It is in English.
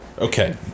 Okay